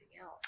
else